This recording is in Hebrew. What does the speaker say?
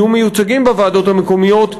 יהיו מיוצגים בוועדות המקומיות,